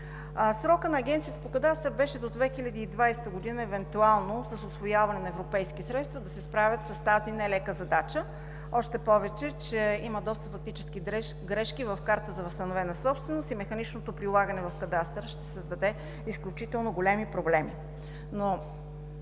Срокът на Агенцията по кадастъра беше до 2020 г., евентуално с усвояване на европейски средства, да се справи с тази нелека задача, още повече че има доста фактически грешки в картата за възстановена собственост и механичното прилагане в кадастъра ще създаде изключително големи проблеми.